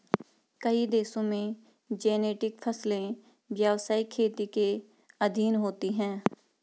कई देशों में जेनेटिक फसलें व्यवसायिक खेती के अधीन होती हैं